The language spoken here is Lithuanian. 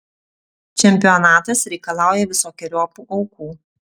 čempionatas reikalauja visokeriopų aukų